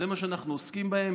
זה מה שאנחנו עוסקים בו,